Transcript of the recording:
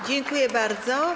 Dziękuję bardzo.